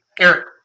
Eric